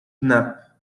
snap